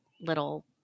little